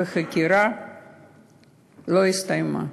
והחקירה לא הסתיימה.